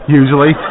usually